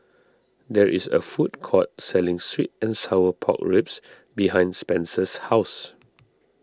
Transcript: there is a food court selling Sweet and Sour Pork Ribs behind Spenser's house